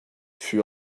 fut